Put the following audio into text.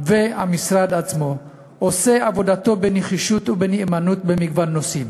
והמשרד עצמו עושה עבודתו בנחישות ובנאמנות במגוון נושאים,